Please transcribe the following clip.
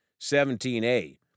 17a